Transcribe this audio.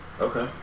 Okay